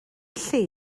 lle